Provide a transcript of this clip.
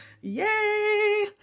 Yay